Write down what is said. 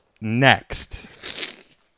next